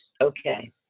okay